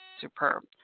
superb